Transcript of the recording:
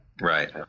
right